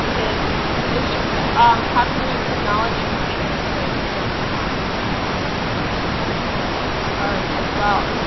and is is just yeah um how can we use technology to take us to a different time and space through art as well.